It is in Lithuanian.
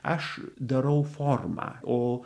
aš darau formą o